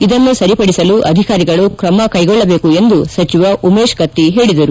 ಇದನ್ನು ಸರಿಪಡಿಸಲು ಅಧಿಕಾರಿಗಳು ತ್ರಮ ಕೈಗೊಳ್ಳಬೇಕು ಎಂದು ಸಚಿವ ಉಮೇಶ್ ಕತ್ತಿ ಹೇಳಿದರು